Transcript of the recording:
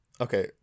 Okay